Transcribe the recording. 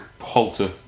Halter